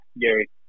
Gary